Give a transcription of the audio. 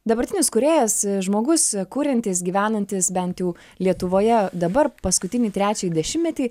dabartinis kūrėjas žmogus kuriantis gyvenantis bent jau lietuvoje dabar paskutinį trečiąjį dešimtmetį